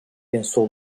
pensou